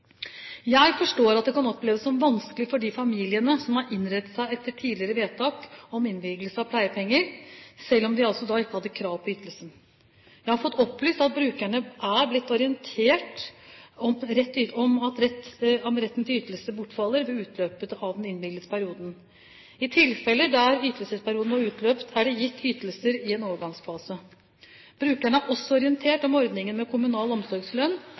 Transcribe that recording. Jeg forstår at det kan oppleves som vanskelig for de familiene som har innrettet seg etter tidligere vedtak om innvilgelse av pleiepenger, selv om de ikke hadde krav på ytelsen. Jeg har fått opplyst at brukerne er blitt orientert om at rett til ytelse bortfaller ved utløpet av den innvilgede perioden. I tilfeller der ytelsesperioden var utløpt, er det gitt ytelse i en overgangsfase. Brukerne er også orientert om ordningen med kommunal omsorgslønn,